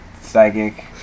psychic